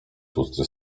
tłusty